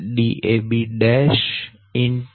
dab'